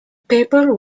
paper